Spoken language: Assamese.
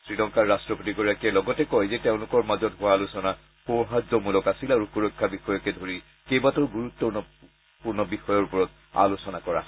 শ্ৰীলংকাৰ ৰাট্টপতিগৰাকীয়ে লগতে কয় যে তেওঁলোকৰ মাজত হোৱা আলোচনা সৌহাদ্যমূলক আছিল আৰু সুৰক্ষা বিষয়কে ধৰি কেবাটাও গুৰুত্বপূৰ্ণ বিষয়ৰ ওপৰত আলোচনা কৰা হয়